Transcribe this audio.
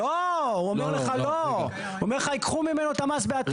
לא, הוא אומר לך ייקחו ממנו את המס בעתיד.